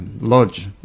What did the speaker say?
lodge